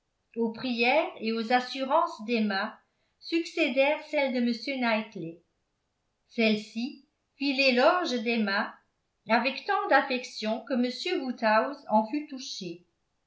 aux prières et aux assurances d'emma succédèrent celles de m knightley celui-ci fit l'éloge d'emma avec tant d'affection que m woodhouse en fut touché